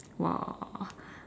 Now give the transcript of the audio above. !wah!